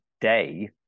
day